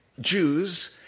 Jews